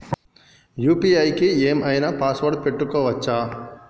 UPI కి ఏం ఐనా పాస్వర్డ్ పెట్టుకోవచ్చా?